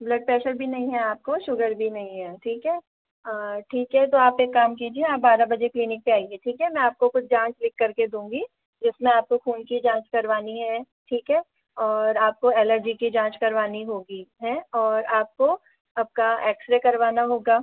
blood pressure भी नहीं है आपको शुगर भी नहीं है ठीक है ठीक है तो आप एक काम कीजिए आप बारह बजे क्लिनिक पर आइए ठीक है मैं आपको कुछ जाँच लिख कर के दूँगी जिसमें आपको खून की जाँच करवानी है ठीक है और आपको एलर्जी की जाँच करवानी होगी और आपको आपका एक्स रे करवाना होगा